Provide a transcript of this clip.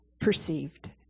perceived